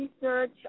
research